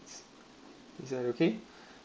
is it's that okay